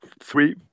three